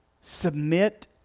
Submit